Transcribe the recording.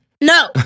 No